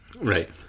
Right